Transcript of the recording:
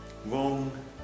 wrong